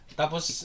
tapos